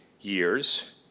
years